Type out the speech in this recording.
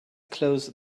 close